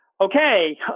okay